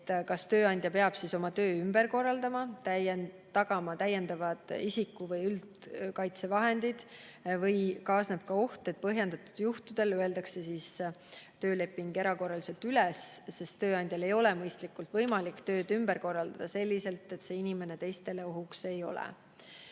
kas tööandja peab oma töö ümber korraldama või tagama täiendavad isiku- või üldkaitsevahendid. Samuti kaasneb oht, et põhjendatud juhtudel öeldakse tööleping erakorraliselt üles, sest tööandjal ei ole mõistlikult võimalik tööd ümber korraldada selliselt, et see inimene teistele ohtlik ei oleks.